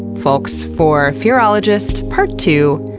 folks, for fearologist, part two,